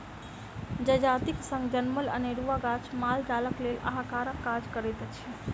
जजातिक संग जनमल अनेरूआ गाछ माल जालक लेल आहारक काज करैत अछि